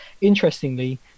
interestingly